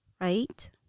right